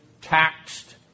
taxed